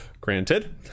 Granted